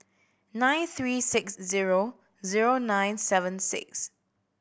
nine three six zero zero nine seven six